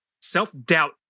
self-doubt